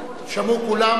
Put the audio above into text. שמעו כולם.